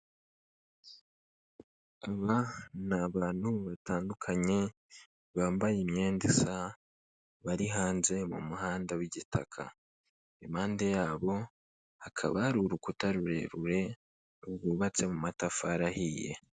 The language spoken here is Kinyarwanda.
Aba ni abantu batandukanye bambaye imyenda isa, bari hanze mu muhanda w'igitaka, impande yabo hakaba hari urukuta rurerure rwubatse mu matafari ahiye.